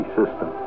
system